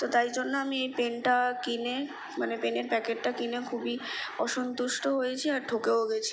তো তাই জন্য আমি এই পেনটা কিনে মানে পেনের প্যাকেটটা কিনে খুবই অসন্তুষ্ট হয়েছি আর ঠকেও গেছি